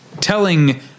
telling